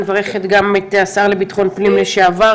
אני מברכת את השר לביטחון הפנים לשעבר,